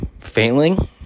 failing